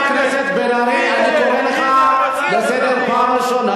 חבר הכנסת בן-ארי, אני מבקש ממך.